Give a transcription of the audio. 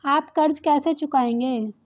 आप कर्ज कैसे चुकाएंगे?